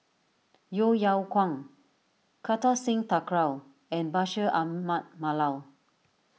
Yeo Yeow Kwang Kartar Singh Thakral and Bashir Ahmad Mallal